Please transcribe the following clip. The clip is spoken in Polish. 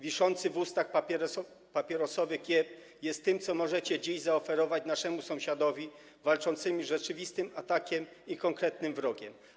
Wiszący w ustach papierosowy kiep jest tym, co możecie dziś zaoferować naszemu sąsiadowi walczącemu z rzeczywistym atakiem i konkretnym wrogiem.